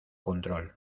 control